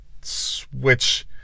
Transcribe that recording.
switch